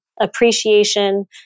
appreciation